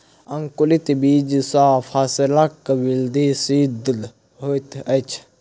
अंकुरित बीज सॅ फसीलक वृद्धि शीघ्र होइत अछि